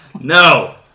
No